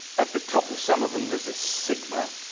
at the top of some of them, there's a sigma,